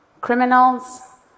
criminals